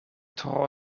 tro